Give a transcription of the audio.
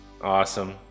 Awesome